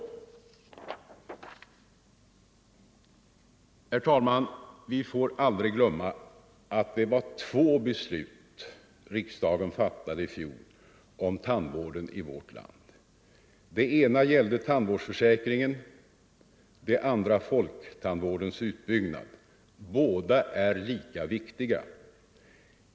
Herr talman! Vi får aldrig glömma att det var två beslut riksdagen i fjol fattade om tandvården i vårt land. Det ena gällde tandvårdsförsäkringen, det andra folktandvårdens utbyggnad. Båda är lika viktiga.